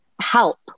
help